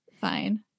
fine